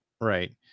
Right